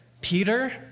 Peter